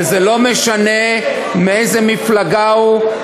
וזה לא משנה מאיזו מפלגה הוא,